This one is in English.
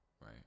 right